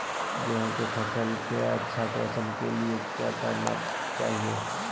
गेंहू की फसल के अच्छे पोषण के लिए क्या करना चाहिए?